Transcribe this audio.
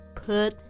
put